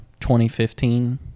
2015